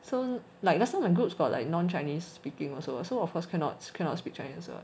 so like last time my group got like non chinese speaking also of course cannot cannot speak chinese [what]